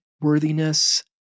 worthiness